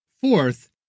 Fourth